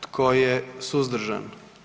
Tko je suzdržan?